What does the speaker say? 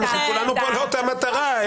כולנו כאן לאותה מטרה.